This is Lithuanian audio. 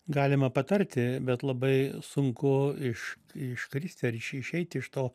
galima patarti bet labai sunku iš iškristi ar iš išeiti iš to